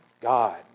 God